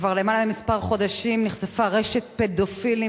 כבר לפני למעלה ממספר חודשים נחשפה רשת פדופילים